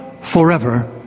forever